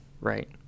right